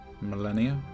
Millennia